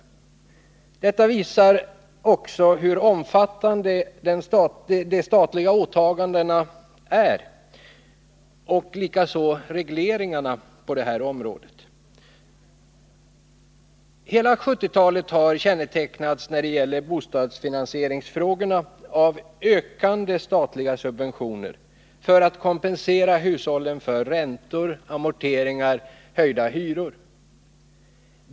Detta visar också hur omfattande de statliga åtagandena och likaså regleringarna blivit på det här området. Hela 1970-talet har när det gäller bostadsfinansieringsfrågorna kännetecknats av ökande statliga subventioner för att kompensera hushållen för räntor, amorteringar och höjda hyror.